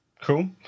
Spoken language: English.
cool